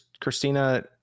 Christina